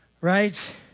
right